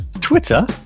Twitter